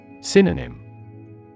Synonym